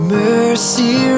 mercy